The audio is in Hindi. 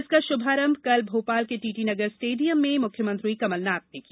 इसका शुभारंभ कल भोपाल के टीटी नगर स्टेडियम में मुख्यमंत्री कमलनाथ ने किया